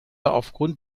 aufgrund